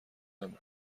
نمی